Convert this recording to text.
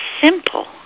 simple